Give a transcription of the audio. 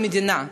של המדינה,